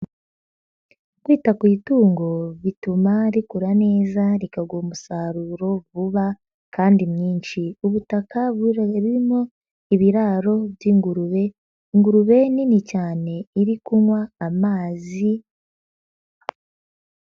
Kwita ku itungo bituma rikura neza rikaguha umusaruro vuba kandi mwinshi, ubutaka burimo ibiraro by'ingurube, ingurube nini cyane iri kunywa amazi.